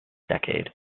decade